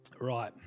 Right